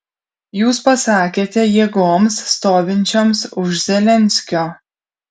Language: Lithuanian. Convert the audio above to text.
jūs pasakėte jėgoms stovinčioms už zelenskio